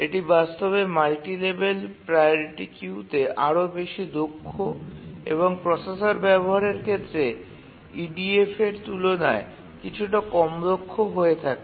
এটি বাস্তবে multi level priority কিউতে আরও বেশি দক্ষ এবং প্রসেসর ব্যবহারের ক্ষেত্রে EDF এর তুলনায় কিছুটা কম দক্ষ হয়ে থাকে